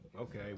okay